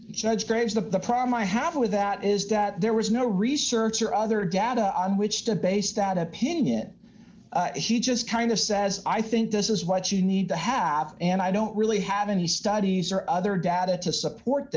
grades the problem i have with that is that there was no research or other data on which to base that opinion he just kind of says i think this is what you need to have and i don't really have any studies or other data to support